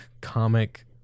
comic